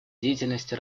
деятельности